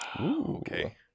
okay